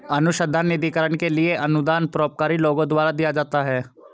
अनुसंधान निधिकरण के लिए अनुदान परोपकारी लोगों द्वारा दिया जाता है